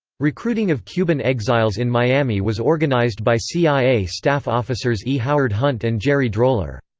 recruiting of cuban exiles in miami was organized by cia staff officers e. howard hunt and gerry droller.